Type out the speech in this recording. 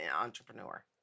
entrepreneur